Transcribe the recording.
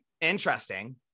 Interesting